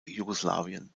jugoslawien